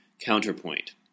Counterpoint